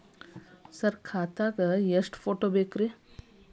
Sir account ಗೇ ಎಷ್ಟು photo ಬೇಕ್ರಿ?